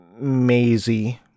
Maisie